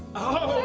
oh